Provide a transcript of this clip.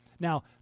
Now